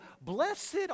blessed